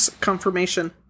confirmation